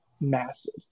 Massive